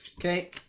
Okay